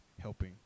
helping